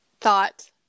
thought